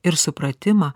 ir supratimą